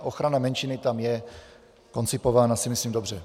Ochrana menšiny tam je koncipována, myslím si, dobře.